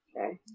okay